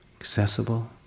accessible